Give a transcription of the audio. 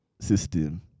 system